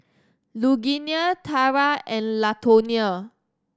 Lugenia Tarah and Latonia